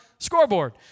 Scoreboard